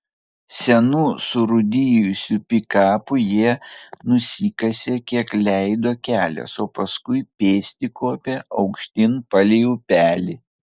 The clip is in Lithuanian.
senu surūdijusiu pikapu jie nusikasė kiek leido kelias o paskui pėsti kopė aukštyn palei upelį